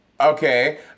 Okay